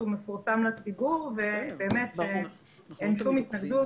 הוא מפורסם לציבור ובאמת אין שום התנגדות